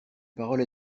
parole